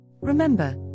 Remember